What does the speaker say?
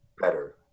better